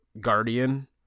guardian